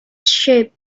shape